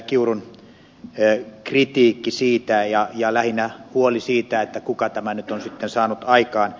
kiurun kritiikki siitä ja lähinnä huoli siitä kuka tämän nyt on sitten saanut aikaan